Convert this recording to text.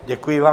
Děkuji vám.